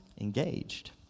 engaged